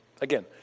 Again